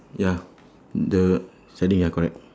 ya the sliding ya correct